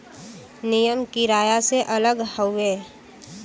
नियम किराया से अलग हउवे